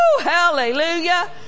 Hallelujah